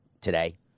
today